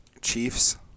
Chiefs